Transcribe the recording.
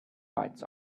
bites